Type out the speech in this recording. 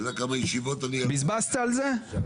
אתה יודע כמה ישיבות אני --- בזבזת על זה?